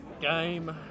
game